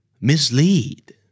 Mislead